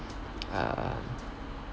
um